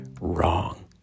wrong